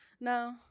No